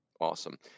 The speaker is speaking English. awesome